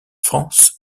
france